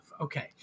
Okay